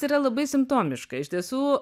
tai yra labai simptomiška iš tiesų